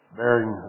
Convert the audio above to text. bearing